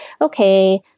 okay